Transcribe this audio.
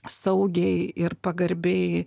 saugiai ir pagarbiai